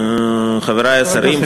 חברי השרים,